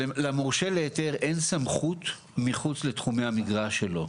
למורשה להיתר אין סמכות מחוץ לתחומי המגרש שלו.